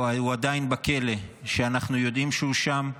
הוא עדיין בכלא, שאנחנו יודעים שהוא שם.